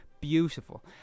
beautiful